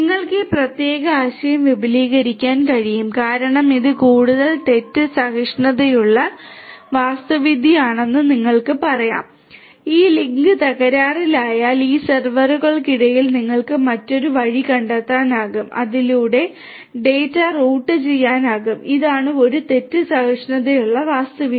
നിങ്ങൾക്ക് ഈ പ്രത്യേക ആശയം വിപുലീകരിക്കാൻ കഴിയും കാരണം ഇത് കൂടുതൽ തെറ്റ് സഹിഷ്ണുതയുള്ള വാസ്തുവിദ്യയാണെന്ന് നിങ്ങൾക്ക് പറയാം ഈ ലിങ്ക് തകരാറിലായാൽ ഈ സെർവറുകൾക്കിടയിൽ നിങ്ങൾക്ക് മറ്റൊരു വഴി കണ്ടെത്താനാകും അതിലൂടെ ഡാറ്റ റൂട്ട് ചെയ്യാനാകും ഇതാണ് ഒരു തെറ്റ് സഹിഷ്ണുതയുള്ള വാസ്തുവിദ്യ